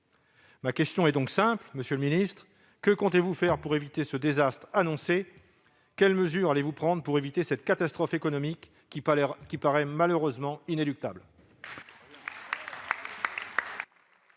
Ma question est donc simple, monsieur le ministre : que comptez-vous faire pour éviter ce désastre annoncé ? Quelles mesures allez-vous prendre pour éviter cette catastrophe économique qui paraît malheureusement inéluctable ?